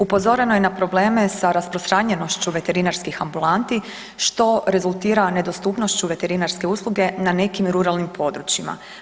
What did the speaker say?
Upozoreno je na probleme sa rasprostranjenošću veterinarskih ambulanti, što rezultira nedostupnošću veterinarske usluge na nekim ruralnim područjima.